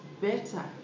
better